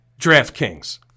DraftKings